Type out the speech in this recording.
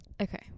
Okay